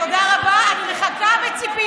תודה רבה, אני מחכה בציפייה.